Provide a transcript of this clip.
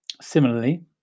similarly